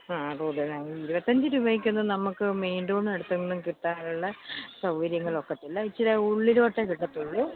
ആ കൂടുതലാവും ഇരുപത്തഞ്ച് രൂപയ്ക്കൊന്നും നമുക്ക് മെയിൻ റോഡിനടുത്തെങ്ങും കിട്ടാനുള്ള സൗകര്യങ്ങളൊക്കത്തില്ല ഇച്ചിരി ഉള്ളിലൊട്ടെ കിട്ടത്തുള്ളൂ